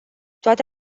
toate